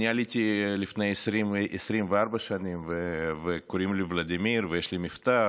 אני עליתי לפני 24 שנים וקוראים לי ולדימיר ויש לי מבטא,